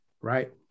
right